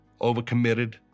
overcommitted